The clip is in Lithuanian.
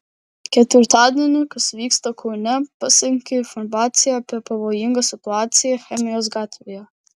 ketvirtadienį kas vyksta kaune pasiekė informacija apie pavojingą situaciją chemijos gatvėje